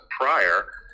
prior